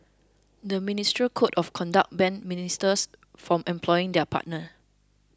the ministerial code of conduct bans ministers from employing their partner